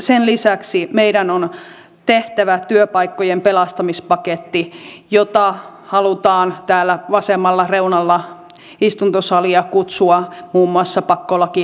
sen lisäksi meidän on tehtävä työpaikkojen pelastamispaketti jota halutaan täällä vasemmalla reunalla istuntosalia kutsua muun muassa pakkolaki nimityksillä